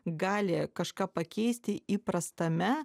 gali kažką pakeisti įprastame